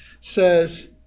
says